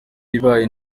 ibaye